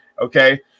okay